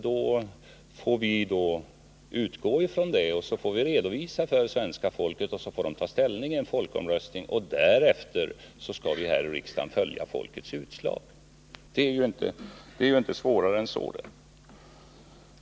Då får vi utgå från det och ge svenska folket en redovisning, och så får folket ta ställning i en folkomröstning. Därefter skall vi här i riksdagen följa folkomröstningens utslag. Det är inte svårare än så.